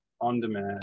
on-demand